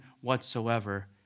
whatsoever